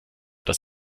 dass